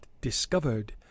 discovered